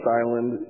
island